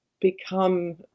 become